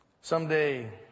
Someday